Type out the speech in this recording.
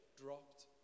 dropped